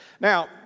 Now